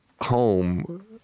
home